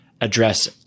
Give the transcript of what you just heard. address